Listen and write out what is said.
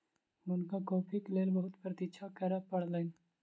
हुनका कॉफ़ीक लेल बहुत प्रतीक्षा करअ पड़लैन